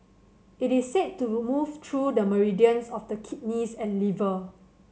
it is said to remove through the meridians of the kidneys and liver